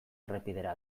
errepidera